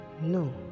No